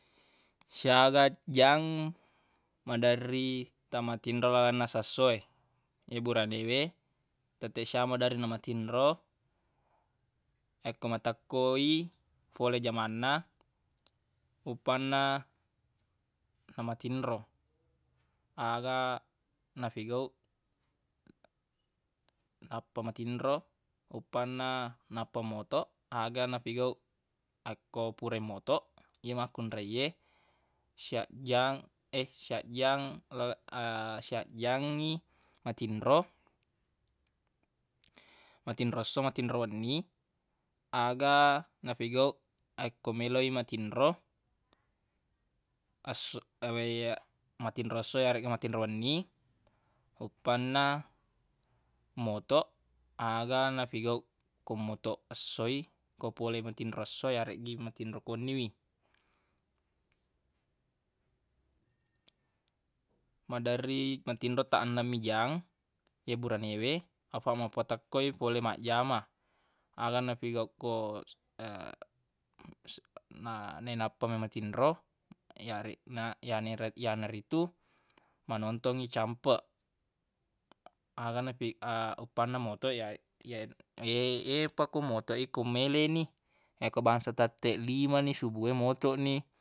Siaga jang maderri ta matinro lalenna siesso e ye burane we tetteq siaga maderri namatinro yakko matekkoi fole jamanna upanna namatinro aga nafigauq appa matinro uppanna nappa motoq aga nafigauq akko furai motoq ye makkunreiye sia jang sia jang sia jangngi matinro matinro esso matinro wenni aga nafigauq akko meloq i matinro essu- aweya- matinro esso yaregga matinro wenni uppanna motoq aga nafigauq ko motoq essoi ko pole matinro esso areggi matinro ko wenni wi maderri matinro ta enneng mi jang ye burane we afaq matekko i fole majjama aga nafigauq ko na- nainappa mematinro yareq- na- yanere- yanaritu manontongngi campeq aga nafi- uppanna motoq yae- ye- ye- yefa ku motoq i ku mele ni yakko bangsa tetteq lima ni subu e motoq ni